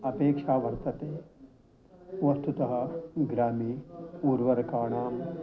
अपेक्षा वर्तते वस्तुतः ग्रामे उर्वारुकाणां